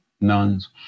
nuns